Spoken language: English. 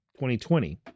2020